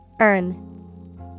Earn